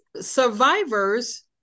survivors